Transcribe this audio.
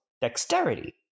dexterity